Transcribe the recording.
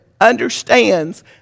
understands